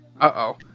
Uh-oh